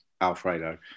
Alfredo